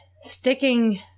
sticking